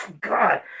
God